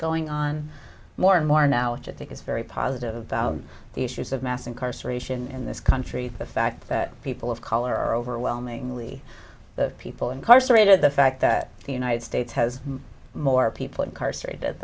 going on more and more now which i think is very positive about the issues of mass incarceration in this country the fact that people of color are overwhelmingly the people incarcerated the fact that the united states has more people incarcerated